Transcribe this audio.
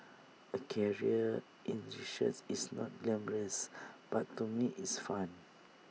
A career in researches is not glamorous but to me it's fun